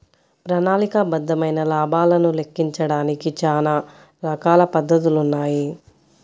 ప్రణాళికాబద్ధమైన లాభాలను లెక్కించడానికి చానా రకాల పద్ధతులున్నాయి